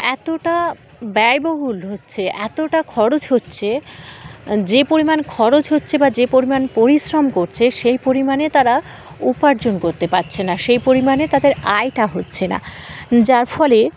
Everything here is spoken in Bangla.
এতটা ব্যয়বহুল হচ্ছে এতটা খরচ হচ্ছে যে পরিমাণ খরচ হচ্ছে বা যে পরিমাণ পরিশ্রম করছে সেই পরিমাণে তারা উপার্জন করতে পারছে না সেই পরিমাণে তাদের আয়টা হচ্ছে না যার ফলে